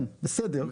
כן, בסדר.